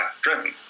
driven